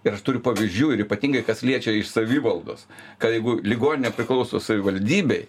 ir aš turiu pavyzdžių ir ypatingai kas liečia iš savivaldos ką jeigu ligoninė priklauso savivaldybei